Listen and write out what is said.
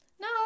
No